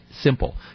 simple